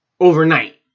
Overnight